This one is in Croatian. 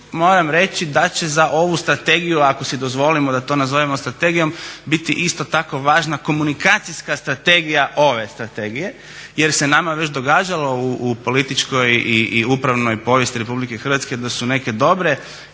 moram reći da će za ovu strategiju, ako si dozvolimo da to nazovemo strategijom biti isto tako važna komunikacijska strategija ove strategije, jer se nama već događalo u političkoj i upravnoj povijesti RH da su neke dobre